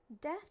death